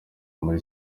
muri